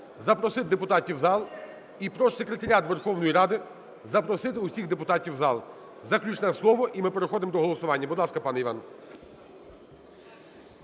запросити депутатів в зал. І прошу секретаріат Верховної Ради запросити всіх депутатів в зал. Заключне слово – і ми переходимо до голосування. Будь ласка, пане Іван.